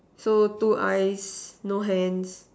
so two eyes no hands